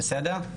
בסדר?